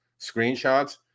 screenshots